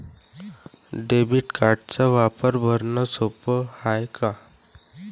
Debit कार्डचा वापर भरनं सोप हाय का?